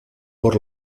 por